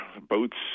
boats